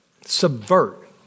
subvert